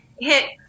hit